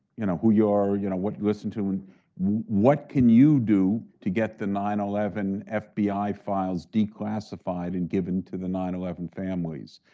you know, who you are, you know what you listened to, and what can you do to get the nine eleven fbi files declassified and given to the nine eleven families?